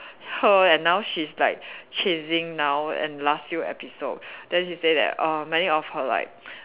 her and now she's like chasing now and last few episode then she say that err many of her like